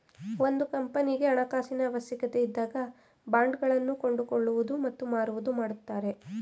ಒಂದು ಕಂಪನಿಗೆ ಹಣಕಾಸಿನ ಅವಶ್ಯಕತೆ ಇದ್ದಾಗ ಬಾಂಡ್ ಗಳನ್ನು ಕೊಂಡುಕೊಳ್ಳುವುದು ಮತ್ತು ಮಾರುವುದು ಮಾಡುತ್ತಾರೆ